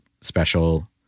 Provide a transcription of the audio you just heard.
special